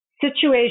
situation